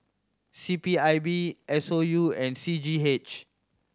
C P I B S O U and C G H